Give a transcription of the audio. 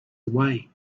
away